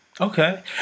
Okay